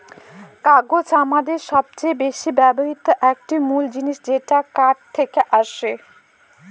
কাগজ আমাদের সবচেয়ে বেশি ব্যবহৃত একটি মূল জিনিস যেটা কাঠ থেকে আসে